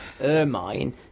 ermine